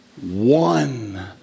one